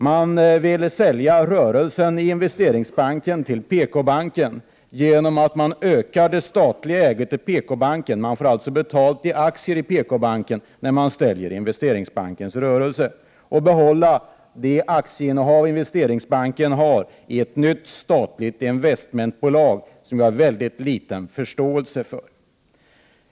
Man vill sälja rörelsen i Investeringsbanken till PKbanken genom att öka det statliga ägandet i PKbanken — man får alltså betalt i aktier i PKbanken när man säljer Investeringsbankens rörelse — och behålla de aktieinnehav som Investeringsbanken har i ett nytt statligt investmentbolag. Detta har jag väldigt liten förståelse för.